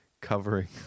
covering